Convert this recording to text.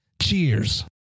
Cheers